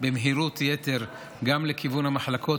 במהירות יתר גם לכיוון המחלקות,